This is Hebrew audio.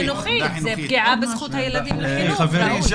חברי,